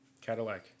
Cadillac